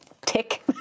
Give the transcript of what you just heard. Tick